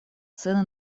цены